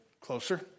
closer